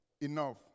enough